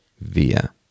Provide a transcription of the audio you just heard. via